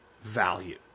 value